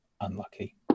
unlucky